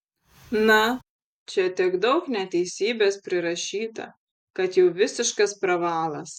na čia tiek daug neteisybės prirašyta kad jau visiškas pravalas